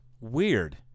weird